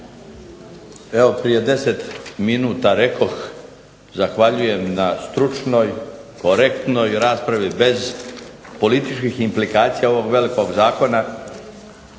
Evo prije 10 minuta rekoh zahvaljujem na stručnoj, korektnoj raspravi bez političkih implikacija ovog velikog zakona